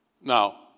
Now